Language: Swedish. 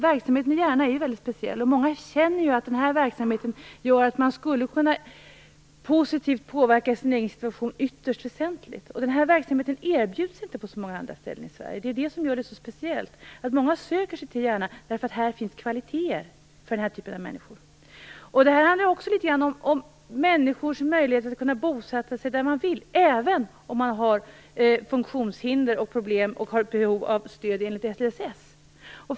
Verksamheten i Järna är ju väldigt speciell, och många känner att den här verksamhet gör att man ytterst väsentligt skulle kunna påverka sin egen situation positivt. Den här verksamheten erbjuds inte på så många andra ställen i Sverige. Det är det som gör det så speciellt. Många söker sig till Järna därför att där finns kvaliteter för den här typen av människor. Det här handlar också litet grand om människors möjligheter att bosätta sig där man vill, även om man har funktionshinder och problem och har behov av stöd enligt LSS.